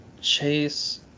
Chase